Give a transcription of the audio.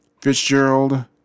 Fitzgerald